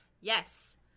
Yes